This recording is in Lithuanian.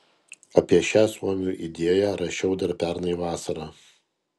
apie šią suomių idėją rašiau dar pernai vasarą